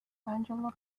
angelo